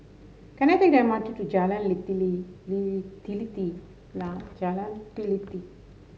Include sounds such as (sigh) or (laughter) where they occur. can I take the M R T to Jalan (unintelligible) Jalan Teliti